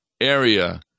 area